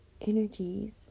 energies